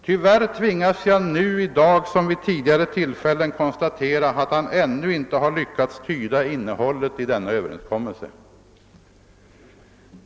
Tyvärr tvingas jag i dag liksom vid tidigare tillfällen konstatera att han inte har lyckats tyda innehållet i denna överenskommelse.